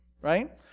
right